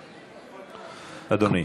אדוני.